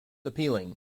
appealing